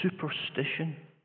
superstition